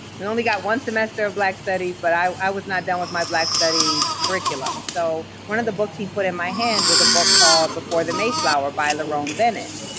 we only got one semester of black studies, but i was not done with my black studies curriculum. so one of the books he put in my hand was a book called before the mayflower by lerone bennett.